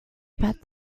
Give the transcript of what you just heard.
about